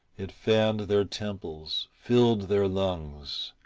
it fanned their temples, filled their lungs,